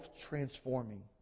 transforming